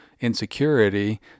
insecurity